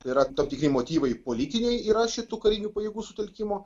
yra tam tikri motyvai politiniai yra šitų karinių pajėgų sutelkimo